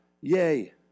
Yay